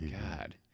God